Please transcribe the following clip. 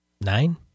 nine